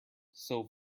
steel